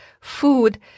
food